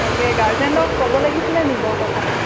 তাকে গাৰ্জেনক ক'ব লাগিছিলে নি বাৰু কথাটো